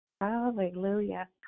Hallelujah